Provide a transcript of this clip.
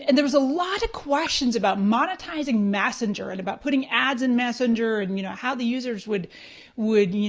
and there was a lot of questions about monetizing messenger and about putting ads in messenger and you know how the users would would you know